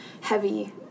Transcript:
heavy